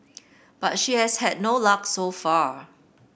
but she has had no luck so far